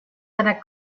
seiner